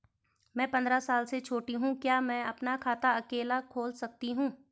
मैं पंद्रह साल से छोटी हूँ क्या मैं अपना खाता अकेला खोल सकती हूँ?